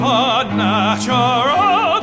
unnatural